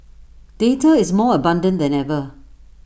data is more abundant than ever